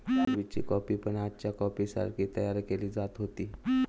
पुर्वीची कॉफी पण आजच्या कॉफीसारखी तयार केली जात होती